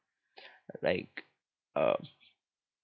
like uh